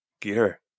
gear